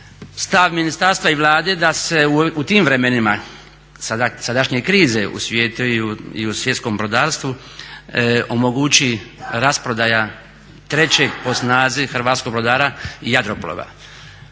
stav ministarstva i Vlade da se u tim vremenima sadašnje krize u svijetu i u svjetskom brodarstvu omogući rasprodaja trećeg po snazi hrvatskog brodara Jadroplova.